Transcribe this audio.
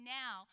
now